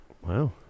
Wow